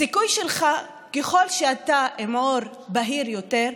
ככל שאתה עם עור בהיר יותר,